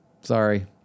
sorry